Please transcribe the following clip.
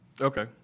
Okay